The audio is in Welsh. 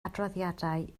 adroddiadau